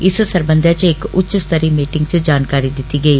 इस सरबन्धै च इक उच्च स्तरी मीटिंग च जानकारी दिती गेई